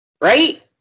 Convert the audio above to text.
Right